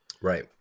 right